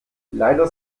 leider